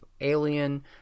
alien